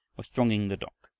were thronging the dock,